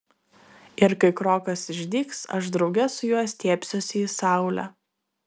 ir kai krokas išdygs aš drauge su juo stiebsiuosi į saulę